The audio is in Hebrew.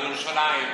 לירושלים,